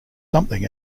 something